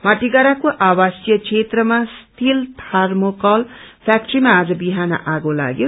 fire मतिगड़को आवासीय क्षेत्रमा स्थित थर्माकोल फ्याक्ट्रीमा आज बिहान आगो लाग्यो